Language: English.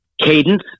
cadence